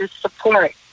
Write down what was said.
support